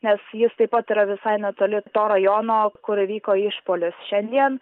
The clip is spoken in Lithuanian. nes jis taip pat yra visai netoli to rajono kur įvyko išpuolis šiandien